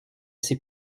ses